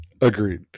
agreed